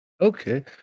Okay